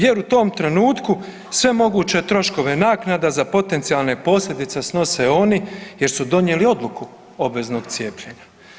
Jer u tom trenutku sve moguće troškove naknada za potencijalne posljedice snose oni jer su donijeli odluku obveznog cijepljenja.